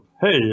Hey